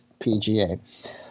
PGA